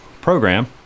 program